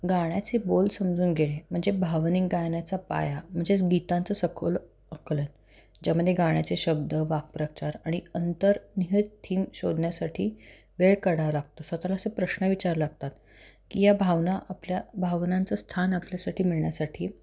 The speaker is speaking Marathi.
गाण्याचे बोल समजून घेणे म्हणजे भावनिक गायनाचा पाया म्हणजेच गीतांचं सखोल आकलन ज्यामध्ये गाण्याचे शब्द वाकप्रचार आणि अंतर निहित थीम शोधण्यासाठी वेळ काढायला लागतो स्वतःला असं प्रश्न विचार लागतात की या भावना आपल्या भावनांचं स्थान आपल्यासाठी मिळण्यासाठी